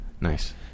Nice